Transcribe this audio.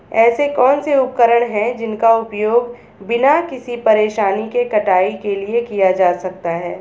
ऐसे कौनसे उपकरण हैं जिनका उपयोग बिना किसी परेशानी के कटाई के लिए किया जा सकता है?